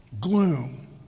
gloom